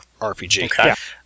RPG